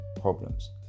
Problems